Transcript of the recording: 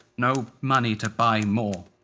no money to buy more.